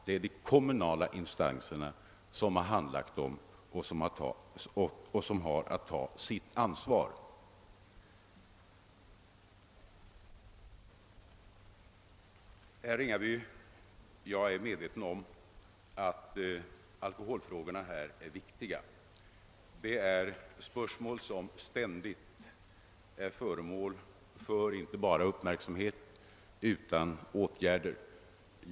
Det är de kommunala instanserna som har handlagt dem och som har att ta sitt ansvar. Herr Ringaby! Jag är medveten om att alkoholfrågorna är viktiga spörsmål, men de är också ständigt föremål för inte bara uppmärksamhet utan även åtgärder.